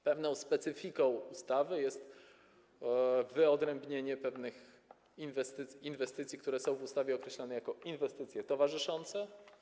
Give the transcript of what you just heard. Pewną specyfiką ustawy jest wyodrębnienie inwestycji, które są w ustawie określone jako inwestycje towarzyszące.